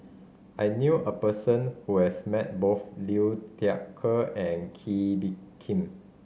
I knew a person who has met both Liu Thai Ker and Kee Bee Khim